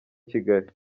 kigali